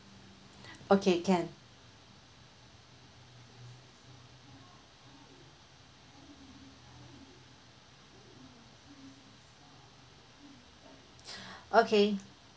okay can okay